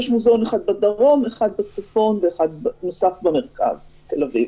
בצפון, ואחד במרכז, בתל-אביב.